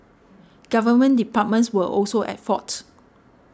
government departments were also at fault